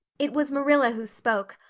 it was marilla who spoke,